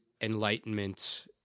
enlightenment